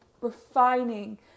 Refining